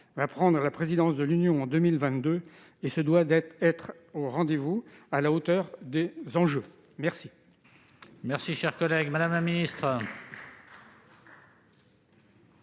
va prendre la présidence de l'Union européenne en 2022 et se doit d'être au rendez-vous et à la hauteur des enjeux. La